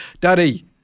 Daddy